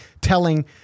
telling